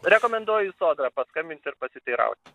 rekomenduoju į sodrą paskambint ir pasiteiraut